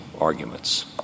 arguments